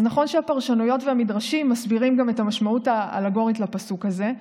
אז נכון שהפרשנויות והמדרשים מסבירים גם את המשמעות האלגורית לפסוק הזה,